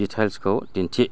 डिटेइल्सखौ दिन्थि